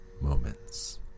moments